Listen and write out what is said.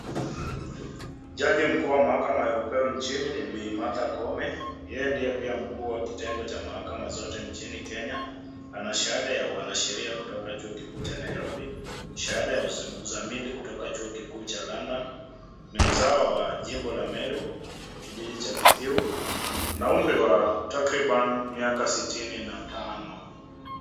Jaji mkuu wa mahakama ya upeo nchini ni Bi. Martha Kome. Yeye ndiye pia mkuu wa kitengo cha mahakama zote nchini Kenya. Anashahada ya uanasheria kutoka Chuo Kikuu cha Nairobi. Shahada ya uzamili kutoka Chuo Kikuu cha London. Ni mzawa wa jimbo la Meru, kijiji cha Kithiu. Ana umri wa takriban miaka sitini na tano.